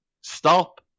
Stop